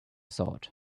sort